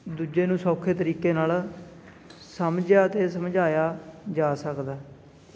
ਦੂਜੇ ਨੂੰ ਸੌਖੇ ਤਰੀਕੇ ਨਾਲ ਸਮਝਿਆ ਅਤੇ ਸਮਝਾਇਆ ਜਾ ਸਕਦਾ